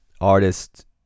artist